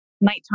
nighttime